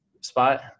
spot